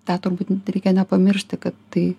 tą turbūt reikia nepamiršti kad tai